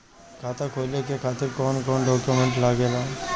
खाता खोले के खातिर कौन कौन डॉक्यूमेंट लागेला?